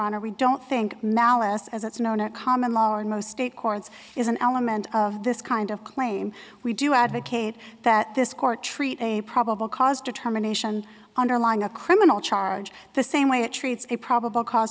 honor we don't think malice as it's known or common law in most state courts is an element of this kind of claim we do advocate that this court treat a probable cause determination underlying a crime no charge the same way it treats a probable cause